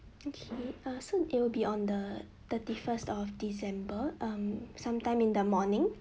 okay uh so it will be on the thirty first of december um sometime in the morning